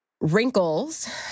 wrinkles